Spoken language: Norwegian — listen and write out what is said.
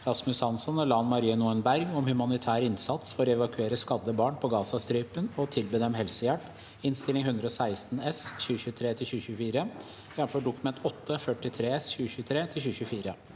Rasmus Hansson og Lan Marie Nguyen Berg om humanitær innsats for å evakuere skadde barn på Gazastripen og tilby dem helsehjelp (Innst. 116 S (2023– 2024), jf. Dokument 8:43 S (2023–2024))